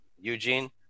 Eugene